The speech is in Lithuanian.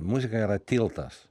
muzika yra tiltas